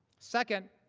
second,